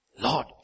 Lord